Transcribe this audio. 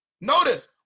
Notice